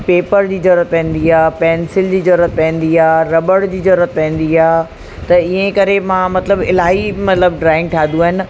paper जी ज़रूरत पवंदी आहे पेंसिल जी ज़रूरत पवंदी आहे रॿड़ जी ज़रूरत पवंदी आहे त ईअं ई करे मां मतिलबु इलाही मतिलबु ड्रॉइंग ठाहियूं आहिनि